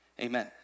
amen